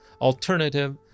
alternative